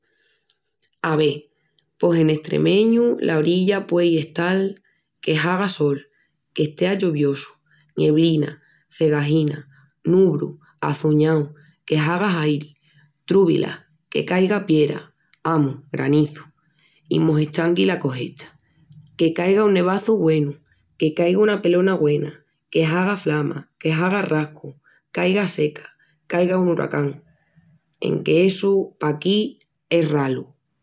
Ave, pos en estremeñu la orilla puei estal… que haga sol, que estea lloviosu, nieblina, cegajina, nubru, açuñau, que haga airi, trúbilas, que caiga piera, amus, granizu, i mos eschangi la cogecha, que caiga un nevazu güenu, que caiga una pelona güena, que haga flama, que haga rascu, qu'aiga seca, qu'aiga un huracán... enque essu paquí es ralu,...